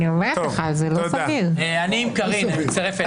אני חייב לומר שאני הלכתי לפי ההמלצה שלך